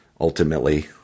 ultimately